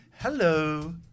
Hello